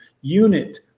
unit